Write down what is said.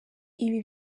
ibi